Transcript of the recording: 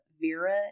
Vera